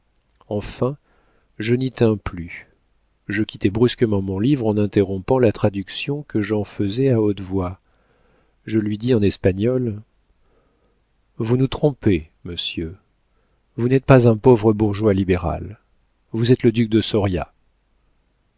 enfin je n'y tins plus je quittai brusquement mon livre en interrompant la traduction que j'en faisais à haute voix je lui dis en espagnol vous nous trompez monsieur vous n'êtes pas un pauvre bourgeois libéral vous êtes le duc de soria